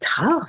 tough